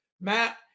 Matt